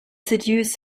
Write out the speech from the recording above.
seduce